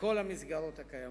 מכל המסגרות הקיימות.